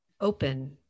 open